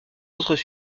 autres